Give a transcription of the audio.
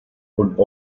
und